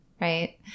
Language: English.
Right